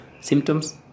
symptoms